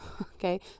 okay